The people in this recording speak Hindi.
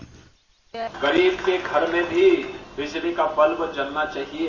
बाइट गरीब के घर में भी बिजली का बल्ब जलना चाहिये